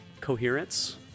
Coherence